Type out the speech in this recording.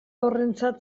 horrentzat